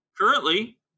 Currently